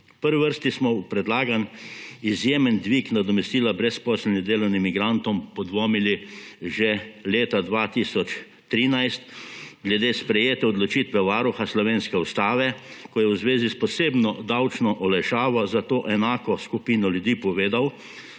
V prvi vrsti smo v predlagani izjemen dvig nadomestila brezposelnim delovnim migrantom podvomili že leta 2013 glede sprejete odločitve varuha slovenske ustave, ko je v zvezi s posebno davčno olajšavo za to enako skupino ljudi povedal,